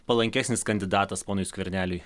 palankesnis kandidatas ponui skverneliui